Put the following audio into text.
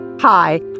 Hi